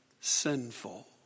sinful